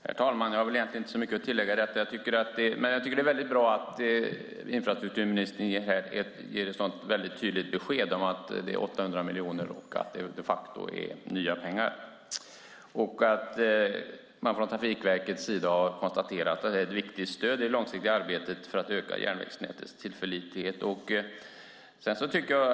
Herr talman! Jag har egentligen inte så mycket att tillägga. Men jag tycker att det är väldigt bra att infrastrukturministern ger ett så tydligt besked om att det är 800 miljoner och att det de facto är nya pengar. Man har från Trafikverkets sida konstaterat att det är ett viktigt stöd i det långsiktiga arbetet för att öka järnvägsnätets tillförlitlighet.